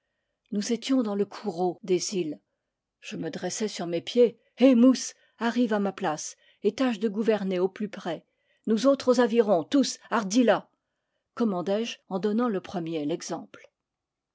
nous étions dans le coureau des îles je me dressai sur mes pieds mo contes du soleil el de la brume hé mousse arrive à ma place et tâche de gouverner au plus près nous autres aux avirons tous hardi là commandai je en donnant le premier l'exemple